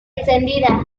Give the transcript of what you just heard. encendida